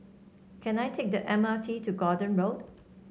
can I take the M R T to Gordon Road